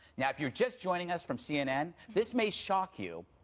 now, if you're just joining us from cnn, this may shock you,